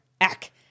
Ack